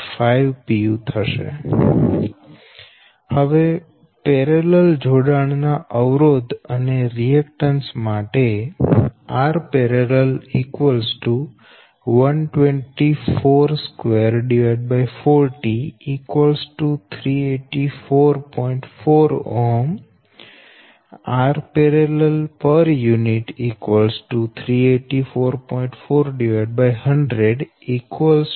485 pu હવે સમાંતર જોડાણ ના અવરોધ અને રિએકટન્સ માટે Rparallel 240 384